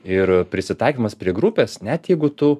ir prisitaikymas prie grupės net jeigu tu